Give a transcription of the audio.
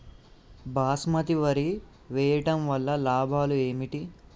బాస్మతి వరి వేయటం వల్ల లాభాలు ఏమిటి?